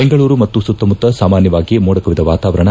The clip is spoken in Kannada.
ದೆಂಗಳೂರು ಮತ್ತು ಸುತ್ತಮುತ್ತ ಸಾಮಾನ್ಯವಾಗಿ ಮೋಡ ಕವಿದ ವಾತಾವರಣ